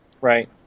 Right